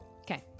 Okay